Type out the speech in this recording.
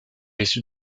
issu